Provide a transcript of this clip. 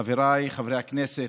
חבריי חברי הכנסת,